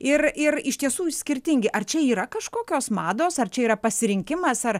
ir ir iš tiesų skirtingi ar čia yra kažkokios mados ar čia yra pasirinkimas ar